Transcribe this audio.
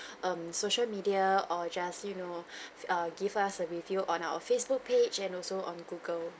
um social media or just you know err give us a review on our facebook page and also on google